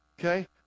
Okay